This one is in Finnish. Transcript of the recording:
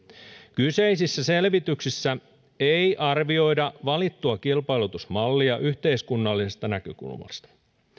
kyseisissä selvityksissä ei arvioida valittua kilpailutusmallia yhteiskunnallisesta näkökulmasta